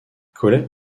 colette